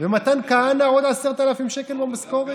ומתן כהנא עוד 10,000 שקל במשכורת,